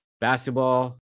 basketball